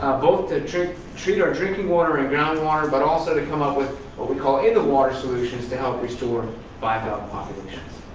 both to treat treat our drinking water and groundwater, but also to come up with what we call in the water solutions to help restore bivalve populations.